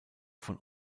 von